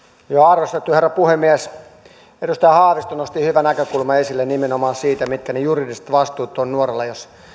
arvostettu herra puhemies edustaja haavisto nosti hyvän näkökulman esille nimenomaan siitä mitkä ne juridiset vastuut ovat nuorella jos